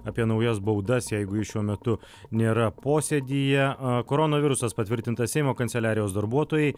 apie naujas baudas jeigu jis šiuo metu nėra posėdyje koronavirusas patvirtintas seimo kanceliarijos darbuotojai